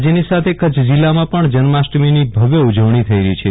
રાજ્યની સાથે કચ્છ જિલ્લામાં પણ જન્માષ્ટમીની ભવ્ય ઉજવણી થઈ રહી છે